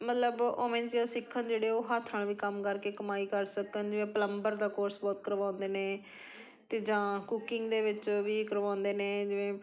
ਮਤਲਬ ਉਵੇਂ ਜਿਹੇ ਸਿੱਖਣ ਜਿਹੜੇ ਉਹ ਹੱਥ ਨਾਲ ਵੀ ਕੰਮ ਕਰਕੇ ਕਮਾਈ ਕਰ ਸਕਣ ਜਿਵੇਂ ਪਲੰਬਰ ਦਾ ਕੋਰਸ ਬਹੁਤ ਕਰਵਾਉਂਦੇ ਨੇ ਅਤੇ ਜਾਂ ਕੁਕਿੰਗ ਦੇ ਵਿੱਚ ਵੀ ਕਰਵਾਉਂਦੇ ਨੇ ਜਿਵੇਂ